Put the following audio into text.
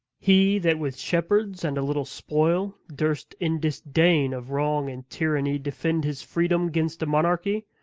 he that with shepherds and a little spoil durst, in disdain of wrong and tyranny, defend his freedom gainst a monarchy,